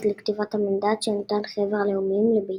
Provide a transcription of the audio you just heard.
לכתב המנדט שנתן חבר הלאומים לבריטניה.